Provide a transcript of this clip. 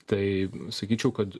tai sakyčiau kad